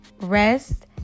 rest